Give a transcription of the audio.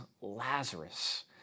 Lazarus